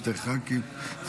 שני ח"כים.